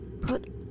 Put